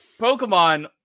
Pokemon